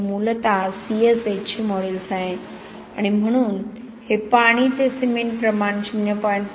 तर हे मूलत CSH चे मॉड्यूलस आहे आणि म्हणून ही पाणी ते सिमेंट प्रमाण 0